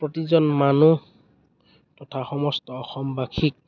প্ৰতিজন মানুহ তথা সমষ্ট অসমবাসীক